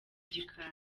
gikari